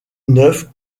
neuves